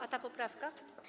A ta poprawka?